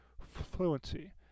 fluency